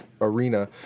arena